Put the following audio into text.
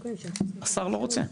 השר לא רוצה,